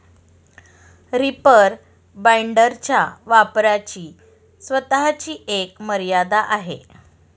reaper बाइंडरच्या वापराची स्वतःची एक मर्यादा आहे